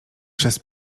przez